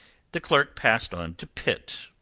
the clerk passed on to pitt,